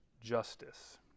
justice